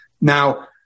Now